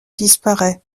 disparait